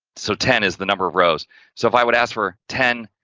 so, ten is the number of rows so if i would ask for ten,